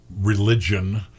religion